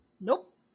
Nope